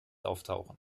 auftauchen